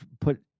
put